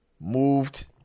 moved